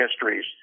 histories